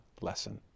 lesson